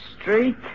Street